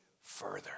further